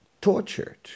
tortured